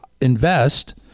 invest